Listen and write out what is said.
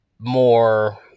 More